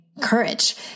courage